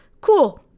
cool